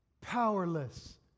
powerless